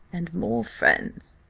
and more friends.